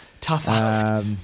Tough